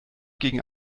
gegen